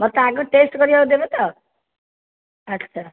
ମୋତେ ଆଗ ଟେଷ୍ଟ କରିବାକୁ ଦେବେ ତ ଆଚ୍ଛା